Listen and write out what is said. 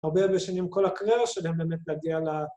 ‫הרבה אנשים עם כל הקריירה שלהם ‫באמת להגיע ל...